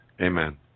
Amen